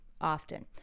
often